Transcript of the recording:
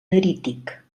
nerític